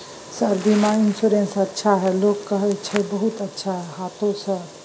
Sir बीमा insurance अच्छा है लोग कहै छै बहुत अच्छा है हाँथो सर?